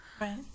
Right